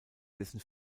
dessen